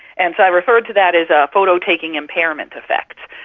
and so i referred to that as ah photo-taking impairment effect,